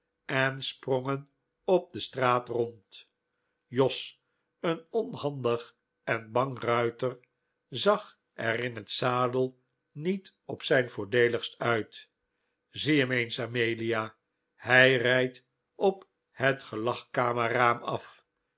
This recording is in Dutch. en sprongen op de straat rond jos een onhandig en bang ruiter zag er in het zadel niet op zijn voordeeligst uit zie hem eens amelia hij rijdt op het gelagkamerraam af